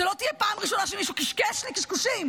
זו לא תהיה פעם ראשונה שמישהו קשקש לי קשקושים,